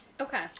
Okay